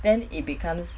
then it becomes